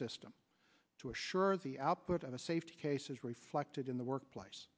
system to assure the output of a safety case is reflected in the workplace